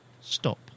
stop